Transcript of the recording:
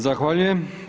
Zahvaljujem.